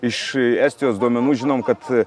iš estijos duomenų žinom kad